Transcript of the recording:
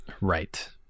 Right